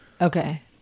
Okay